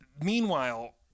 meanwhile